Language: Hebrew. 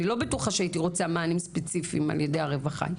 אני לא בטוחה שהייתי רוצה מענים ספציפיים על ידי הרווחה.